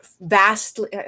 vastly